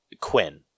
Quinn